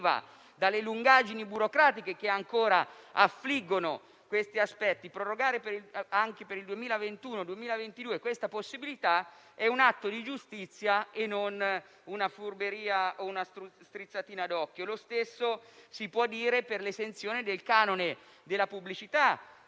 dalle lungaggini burocratiche che ancora affliggono questi aspetti, prorogare una tale possibilità anche per il 2021 e il 2022 è un atto di giustizia e non una furberia o una strizzatina d'occhio. Lo stesso si può dire per l'esenzione dal canone della pubblicità